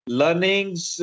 learnings